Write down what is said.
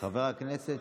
חבר הכנסת